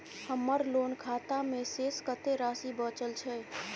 हमर लोन खाता मे शेस कत्ते राशि बचल छै?